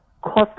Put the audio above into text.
Cost